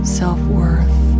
self-worth